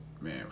man